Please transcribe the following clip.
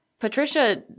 Patricia